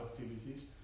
activities